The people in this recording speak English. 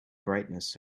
brightness